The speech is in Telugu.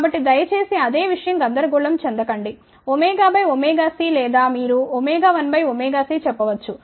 కాబట్టి దయచేసి అదే విషయం గందరగోళం చెందకండి బై c లేదా మీరు 1 బై cచెప్పవచ్చు